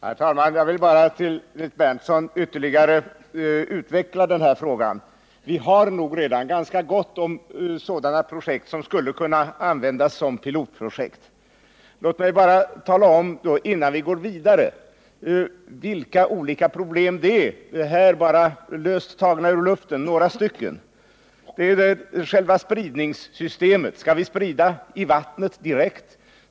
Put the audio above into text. Herr talman! Jag vill utveckla den här frågan ytterligare för Nils Berndtson. Vi har redan ganska gott om sådana projekt som skulle kunna användas som pilotprojekt. Låt mig bara, innan vi går vidare, tala om vilka olika problem det gäller. Här är några exempel löst tagna ur luften: Vilket spridningssystem skall vi använda? Skall vi sprida i vattnet direkt?